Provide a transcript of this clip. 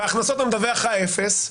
בהכנסות אני מדווח לך אפס.